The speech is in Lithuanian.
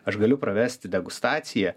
aš galiu pravesti degustaciją